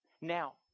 Now